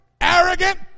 arrogant